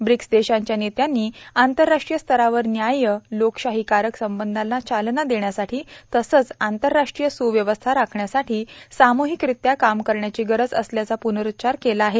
BRICS देशांच्या नेत्यांनी आंतरराष्ट्रीय स्तरावर न्याय्य लोकशाहीकारक संबंधांना चालना देण्यासाठी तसंच आंतरराष्ट्रीय सुव्यवस्था राखण्यासाठी साम्हिकरित्या काम करण्याची गरज असल्याचा पुनरुच्चार केला आहे